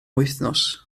wythnos